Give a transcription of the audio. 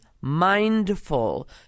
mindful